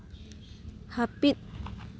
ᱦᱟᱹᱯᱤᱫ